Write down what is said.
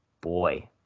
boy